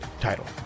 title